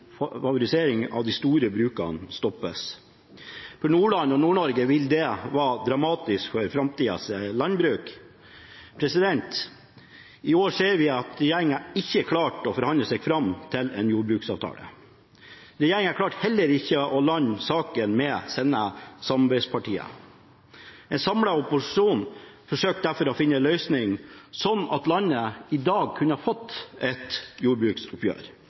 vil det være dramatisk for framtidens landbruk. I år ser vi at regjeringen ikke klarte å forhandle seg fram til en jordbruksavtale. Regjeringen klarte heller ikke å lande saken med sine samarbeidspartier. En samlet opposisjon forsøkte derfor å finne en løsning, slik at landet i dag kunne fått et jordbruksoppgjør.